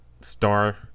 star